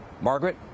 Margaret